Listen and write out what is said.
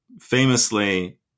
famously